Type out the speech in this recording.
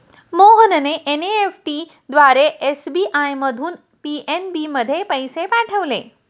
मोहनने एन.ई.एफ.टी द्वारा एस.बी.आय मधून पी.एन.बी मध्ये पैसे पाठवले